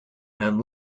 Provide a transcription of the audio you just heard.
and